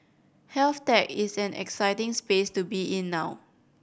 health tech is an exciting space to be in now